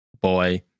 boy